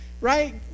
Right